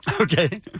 Okay